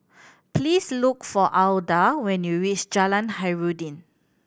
please look for Alda when you reach Jalan Khairuddin